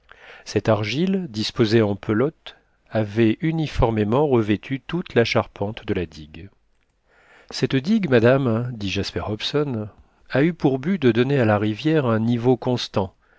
cette argile disposée en pelote avait uniformément revêtu toute la charpente de la digue cette digue madame dit jasper hobson a eu pour but de donner à la rivière un niveau constant